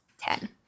Ten